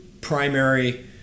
primary